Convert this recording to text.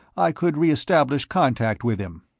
i could re-establish contact with him.